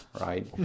right